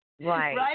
right